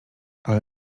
ale